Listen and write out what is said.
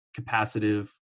capacitive